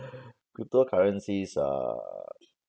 cryptocurrencies are